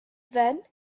then